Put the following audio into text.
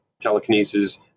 telekinesis